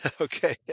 Okay